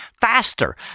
faster